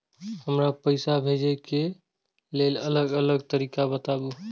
हमरा पैसा भेजै के लेल अलग अलग तरीका बताबु?